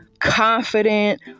confident